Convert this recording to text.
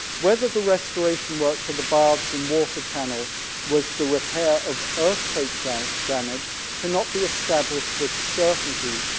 whether the restoration work to the baths and water channel was the repair of earthquake down damage cannot be established with certainty,